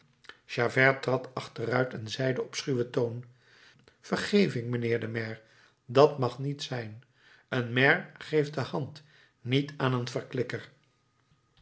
javert trad achteruit en zeide op schuwen toon vergeving mijnheer de maire dat mag niet zijn een maire geeft de hand niet aan een verklikker